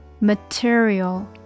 Material